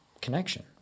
connection